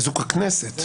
חיזוק הכנסת.